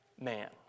man